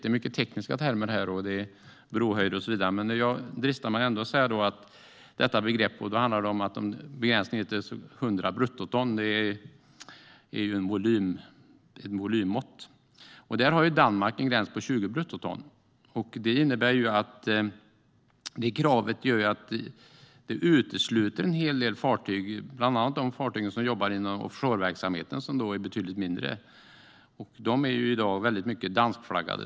Det är mycket tekniska termer här, brohöjd och så vidare, men jag dristar mig ändå till att säga att detta begrepp handlar om en begränsning på 100 bruttoton. Det är ett volymmått. Danmark har en gräns på 20 bruttoton. Det kravet innebär att en del fartyg utesluts, bland annat de fartyg som jobbar inom offshoreverksamheten som är betydligt mindre. De är i dag i stor utsträckning danskflaggade.